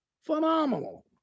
Phenomenal